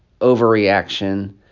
overreaction